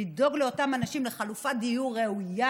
לדאוג לאותם אנשים לחלופת דיור ראויה,